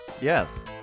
Yes